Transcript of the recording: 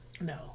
No